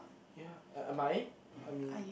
ya I I am I I mean